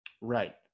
Right